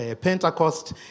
Pentecost